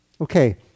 Okay